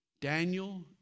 Daniel